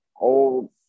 old